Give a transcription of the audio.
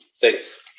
Thanks